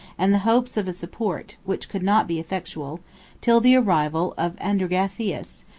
and the hopes of a support, which could not be effectual till the arrival of andragathius,